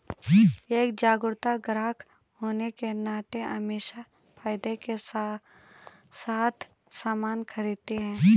एक जागरूक ग्राहक होने के नाते अमीषा फायदे के साथ सामान खरीदती है